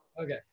Okay